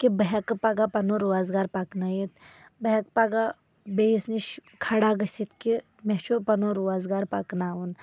کہِ بہٕ ہیٚکہٕ پَگہہ پَنُن روزگار پَکنٲیِتھ بہٕ ہیٚکہٕ پَگہہ بیٚیس نِش کھڑا گٔژتھ کہِ مےٚ چُھ پَنُن روزگار پَکناوُن